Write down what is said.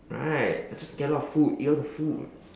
right I just get all the food eat all the food